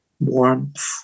Warmth